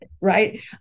right